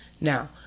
Now